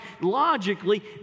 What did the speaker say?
Logically